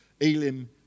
Elim